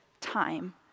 time